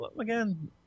Again